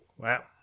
Wow